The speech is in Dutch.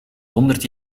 honderd